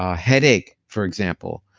ah headache for example,